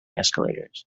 escalators